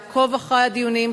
לעקוב אחרי הדיונים,